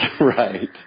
Right